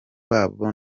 babo